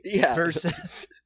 versus